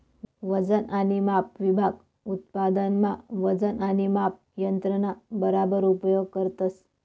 वजन आणि माप विभाग उत्पादन मा वजन आणि माप यंत्रणा बराबर उपयोग करतस